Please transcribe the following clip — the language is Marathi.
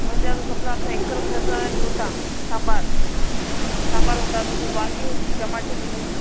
म्हणजे आता समजा आमचा एकरभराचा हे होता सांबार सांबार होता तसेच वांगी होती टमाटर होते